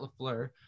LaFleur